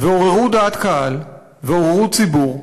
ועוררו דעת קהל, ועוררו ציבור,